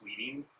tweeting